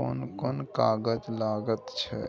कोन कोन कागज लगैत छै